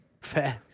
Fair